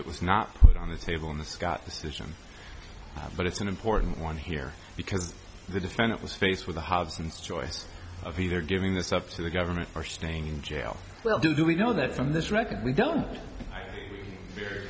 that was not put on the table in the scott decision but it's an important one here because the defendant was faced with a hobson's choice of either giving this up to the government or staying in jail where do we know that from this record we don't